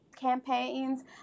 campaigns